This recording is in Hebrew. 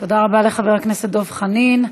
תודה רבה לחבר הכנסת דב חנין.